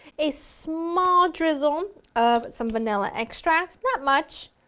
a small drizzle of some vanilla extract, not much.